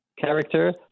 character